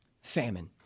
Famine